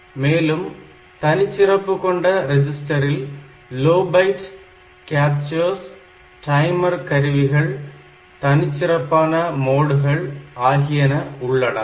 மேலும் தனிச்சிறப்பு கொண்ட ரெஜிஸ்டரில் லோ பைட் கேப்சல்ஸ் டைமர் கருவிகள் தனிச்சிறப்பான மோட்கள் ஆகியன உள்ளடங்கும்